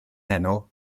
heno